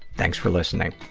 thanks for listening.